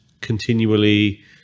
continually